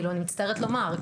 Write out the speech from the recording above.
אני מצטערת לומר.